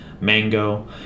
mango